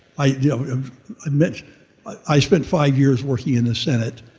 i yeah admit i spent five years working in the senate,